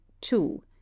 two